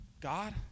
God